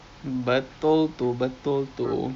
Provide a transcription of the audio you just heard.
betul tu betul tu